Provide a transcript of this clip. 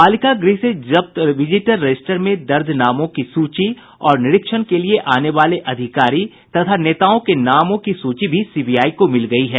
बालिका गृह से जब्त विजिटर रजिस्टर में दर्ज नामों की सूची और निरीक्षण के लिए आने वाले अधिकारी तथा नेताओं के नामों की सूची भी सीबीआई को मिल गयी है